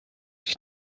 sich